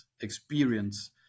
experience